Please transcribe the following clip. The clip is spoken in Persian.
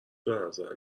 بنظر